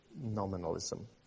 nominalism